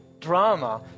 drama